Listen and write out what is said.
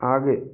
आगे